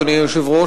אדוני היושב-ראש,